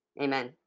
Amen